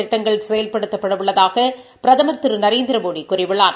திட்டங்கள் செயல்படுத்தப்பட உள்ளதாக பிரதமர் திரு நரேந்திரமோடி கூறியுள்ளார்